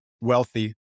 wealthy